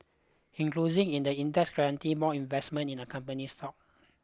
in the index guarantee more investment in the company's stock